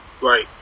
right